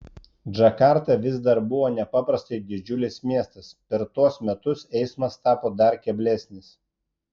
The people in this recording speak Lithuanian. džakarta vis dar buvo nepaprastai didžiulis miestas per tuos metus eismas tapo dar keblesnis